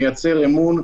מייצר אמון,